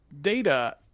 data